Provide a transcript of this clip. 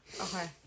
Okay